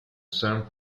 san